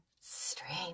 strange